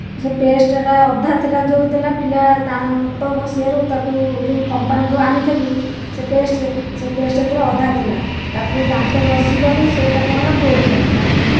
ଯେଉଁ ପେଷ୍ଟ୍ ଟା ଅଧା ଥିଲା ଯେଉଁ ଦେଲା ପିଲା ଦାନ୍ତ ଘଷିବାରୁ ତାକୁ ଯେଉଁ କମ୍ପାନୀରୁ ଆଣିଥିଲୁ ସେ ପେଷ୍ଟ୍ ସେ ପେଷ୍ଟ୍ ଭିତରେ ଅଧା ଥିଲା ତାକୁ ଦାନ୍ତ ଘଷିବାରୁ ସେ ଗୁଡ଼ିକ କ'ଣ ହେଲା ପୋଡ଼ିଲା